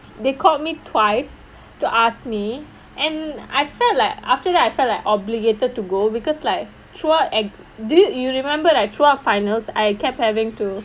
they called me twice to ask me and I felt like after that I felt like obligated to go because like throughout do you remember like throughout finals I kept having to